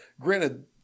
Granted